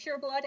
pureblood